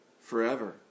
forever